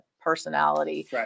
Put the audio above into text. personality